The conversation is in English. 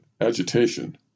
agitation